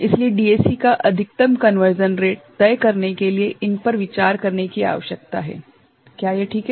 इसलिए डीएसी का अधिकतम कनवर्ज़न रेट तय करने के लिए इन पर विचार करने की आवश्यकता है क्या यह ठीक है